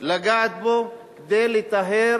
לגעת בו כדי לטהר